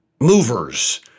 movers